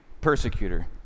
persecutor